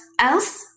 else